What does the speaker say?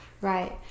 Right